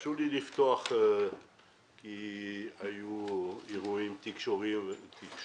הרשו לי לפתוח בהתייחסות לכמה אירועים תקשורתיים.